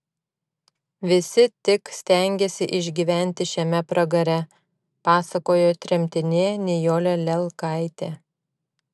visi tik stengėsi išgyventi šiame pragare pasakojo tremtinė nijolė lelkaitė